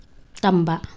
ꯇꯝꯕ